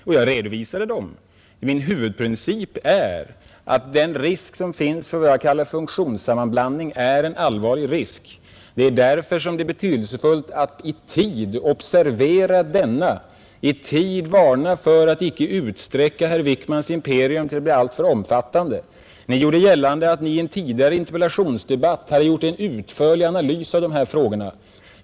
Och jag har redovisat dem. Min huvudprincip är att den risk som finns för vad jag kallar funktionssammanblandning är allvarlig; det är därför betydelsefullt att i tid observera denna, i tid varna för att inte utsträcka herr Wickmans imperium till att bli alltför omfattande. Ni gjorde gällande att Ni i en tidigare interpellationsdebatt hade gjort en utförlig analys av vissa frågor.